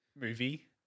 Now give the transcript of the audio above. movie